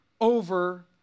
over